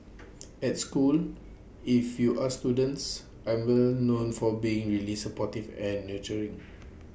at school if you ask students I'm well known for being really supportive and nurturing